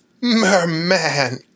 merman